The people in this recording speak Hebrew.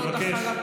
האזנו לך ברוב קשב,